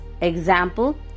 example